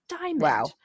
Wow